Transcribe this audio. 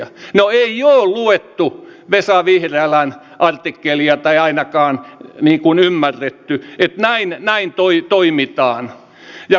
no ei ole luettu vesa vihriälän artikkelia tai ainakaan ymmärretty että näin toimitaan